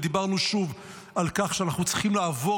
ודיברנו שוב על כך שאנחנו צריכים לעבור